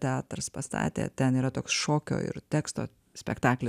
teatras pastatė ten yra toks šokio ir teksto spektakli